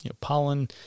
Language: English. pollen